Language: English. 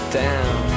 down